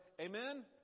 Amen